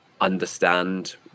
understand